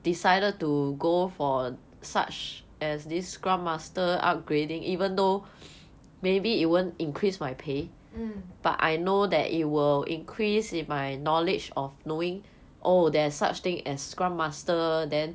mm